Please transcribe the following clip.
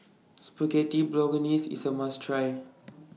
Spaghetti Bolognese IS A must Try